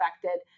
affected